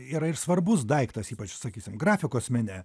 yra ir svarbus daiktas ypač sakysim grafikos mene